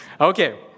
Okay